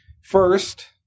First